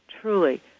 truly